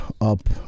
up